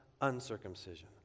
uncircumcision